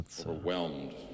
overwhelmed